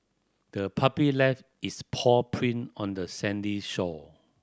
the puppy left its paw print on the sandy shore